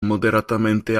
moderatamente